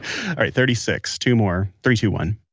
all right. thirty six. two more. three, two, one